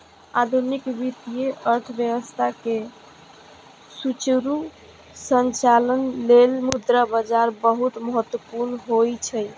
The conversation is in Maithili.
आधुनिक वित्तीय अर्थव्यवस्था के सुचारू संचालन लेल मुद्रा बाजार बहुत महत्वपूर्ण होइ छै